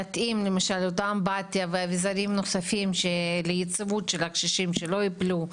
למשל אותה אמבטיה ואביזרים נוספים ליציבות של הקשישים שלא יפלו,